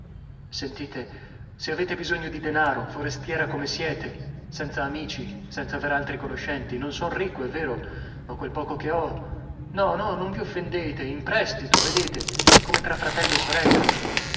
dirvelo se avete bisogno di denaro forestiera come siete senza amici senza aver altri conoscenti non son ricco è vero ma quel poco che ho no no non vi offendete è un imprestito vedete come tra fratello e sorella